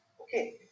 Okay